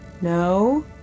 No